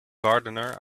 gardener